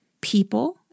people